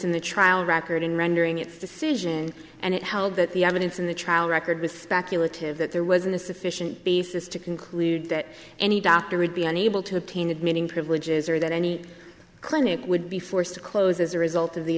in the trial record in rendering its decision and it held that the evidence in the trial record was speculative that there wasn't a sufficient basis to conclude that any doctor would be unable to obtain admitting privileges or that any clinic would be forced to close as a result of the